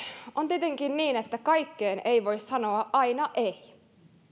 on tietenkin niin että kaikkeen ei voi sanoa aina ei